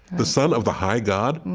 the son of the high god?